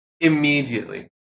immediately